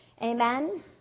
Amen